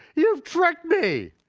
you've tricked me.